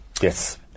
Yes